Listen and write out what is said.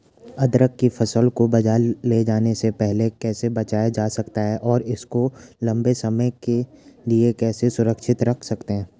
अदरक की फसल को बाज़ार ले जाने से पहले कैसे बचाया जा सकता है और इसको लंबे समय के लिए कैसे सुरक्षित रख सकते हैं?